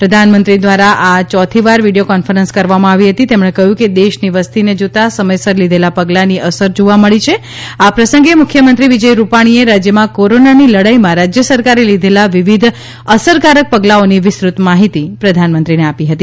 પ્રધાનમંત્રી ધ્વારા આ ચોથીવાર વીડીયો કોન્ફરન્સ કરવામાં આવી છા તમ્રણાકક્રયું કે દેશની વસતિના જોતાં સમયસર લીધભા પગલાંની અસર જોવા મળી છા આ પ્રસંગ મુખ્યમંત્રી વિજય રૂપાણીએ રાજ્યમાં કોરોનાની લડાઇમાં રાજ્ય સરકારે લીધભા વિવિધ અસરકારક પગલાઓની વિસ્તૃત માહિતી પ્રધાનમંત્રીન આપી હતી